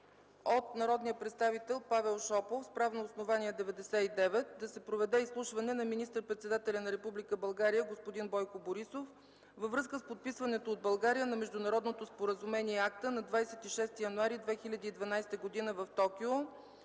от народния представител Павел Шопов на правно основание чл. 99 да се проведе изслушване на министър-председателя на Република България господин Бойко Борисов във връзка с подписването от България на международното споразумение АСТА на 26 януари 2012 г. в Токио.